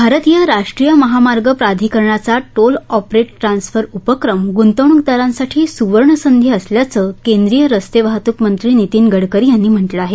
भारतीय राष्ट्रीय महामार्ग प्राधिकरणाचा टोल ऑपरेट ट्रान्सफर उपक्रम गुंतवणूकदारांसाठी सुवर्णसंधी असल्याचं केंद्रीय रस्ते वाहतूक मंत्री नितीन गडकरी यांनी म्हटलं आहे